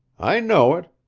i know it.